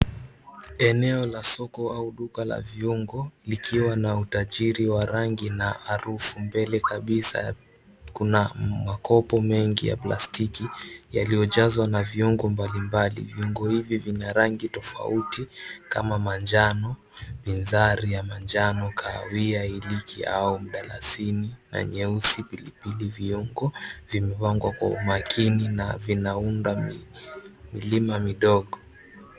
Eneo la soko au duka la viungo likiwa na utajiri wa rangi na harufu. Mbele kabisa kuna makopo mengi ya plastiki yaliyojazwa na viungo mbalimbali. Viungo hivi vina rangi tofauti kama manjano, binzari ya manjano, kahawia, iliki au mdalasini na nyeusi pilipili. Viungo vimepangwa kwa umakini na vinaunda milima midogo.